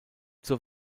zur